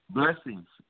blessings